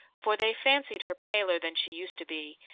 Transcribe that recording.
for they fancied her paler than she used to be,